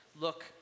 look